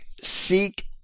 seek